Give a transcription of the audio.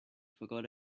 forgot